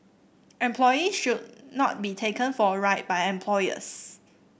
employees should not be taken for a ride by employers